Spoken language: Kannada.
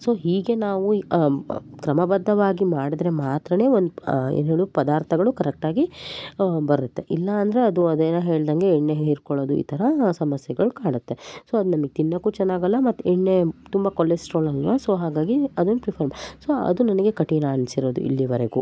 ಸೊ ಹೀಗೆ ನಾವು ಕ್ರಮಬದ್ಧವಾಗಿ ಮಾಡಿದ್ರೆ ಮಾತ್ರ ಒಂದು ಏನು ಹೇಳು ಪದಾರ್ಥಗಳು ಕರೆಕ್ಟ್ ಆಗಿ ಬರುತ್ತೆ ಇಲ್ಲ ಅಂದರೆ ಅದು ಅದೇನೊ ಹೇಳಿದಂಗೆ ಎಣ್ಣೆ ಹೀರಿಕೊಳ್ಳೋದು ಈ ಥರ ಸಮಸ್ಯೆಗಳು ಕಾಣುತ್ತೆ ಸೊ ಅದು ನಮಿಗೆ ತಿನ್ನೊಕು ಚೆನ್ನಾಗಲ್ಲ ಮತ್ತೆ ಎಣ್ಣೆ ತುಂಬ ಕೊಲೆಸ್ಟ್ರಾಲ್ ಅಲ್ಲವಾ ಸೊ ಹಾಗಾಗಿ ಅದನ್ನು ಪ್ರಿಫರ್ ಸೊ ಅದು ನನಗೆ ಕಠಿಣ ಅನ್ನಿಸಿರೋದು ಇಲ್ಲಿವರೆಗು